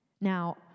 Now